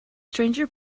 stranger